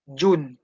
june